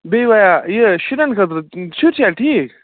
بیٚیہِ بیا یہِ شُرٮ۪ن خٲطرٕ شُرۍ چھا ٹھیٖک